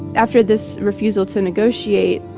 after this refusal to negotiate.